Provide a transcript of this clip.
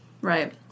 Right